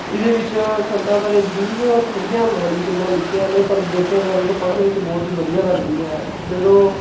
ਇਹਦੇ ਵਿੱਚ ਸੰਤਾਂ ਬਾਰੇ ਜ਼ਰੂਰ ਥੋੜ੍ਹੀਆਂ ਮਾੜੀ ਗੱਲਾਂ ਲਿਖੀਆਂ ਨੇ ਪਰ ਦੇਖਿਆ ਜਾਵੇ ਤਾਂ ਪੜ੍ਹਨ ਵਿੱਚ ਬਹੁਤ ਹੀ ਵਧੀਆ ਲੱਗਦੀ ਹੈ ਜਦੋਂ